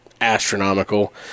astronomical